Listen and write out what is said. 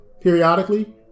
Periodically